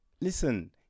listen